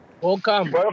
Welcome